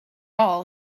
all